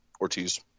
ortiz